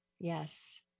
yes